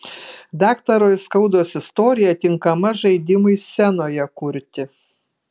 daktaro aiskaudos istorija tinkama žaidimui scenoje kurti